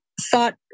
thought